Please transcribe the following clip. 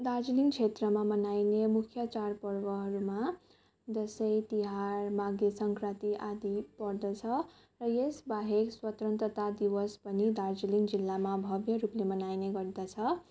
दार्जिलिङ क्षेत्रमा मनाइने मुख्य चाँड पर्वहरूमा दसैँ तिहार माघे सङ्क्रान्ति आदि पर्दछ र यस बाहेक स्वतन्त्रता दिवस पनि दार्जिलिङ जिल्लामा भव्य रूपमा मनाइने गर्दछ